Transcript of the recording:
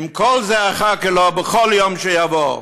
עם כל זה אחכה לו בכל יום שיבוא.